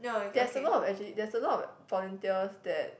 there's a lot of actually there's a lot of volunteers that